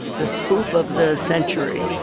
the spoof of the century